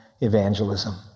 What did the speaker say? evangelism